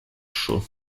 chaud